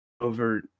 over